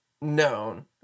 known